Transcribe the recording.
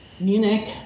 Munich